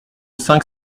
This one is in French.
cinq